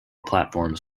platforms